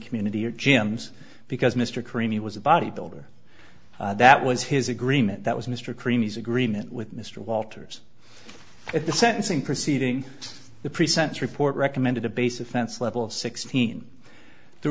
community or gyms because mr creamy was a bodybuilder that was his agreement that was mr cream is agreement with mr walters at the sentencing proceeding the pre sentence report recommended a base offense level of sixteen there